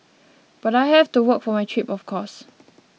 but I had to work for my trip of course